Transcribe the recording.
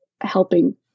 helping